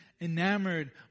enamored